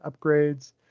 upgrades